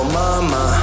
mama